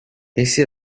essi